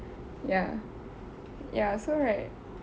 ya ya so right